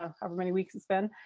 ah however many weeks it's been.